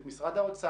את משרד האוצר,